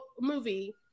movie